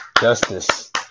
justice